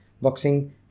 Boxing